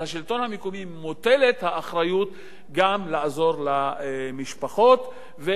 מוטלת האחריות גם לעזור למשפחות ולגרום לכך